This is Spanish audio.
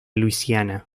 luisiana